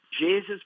Jesus